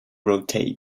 rotate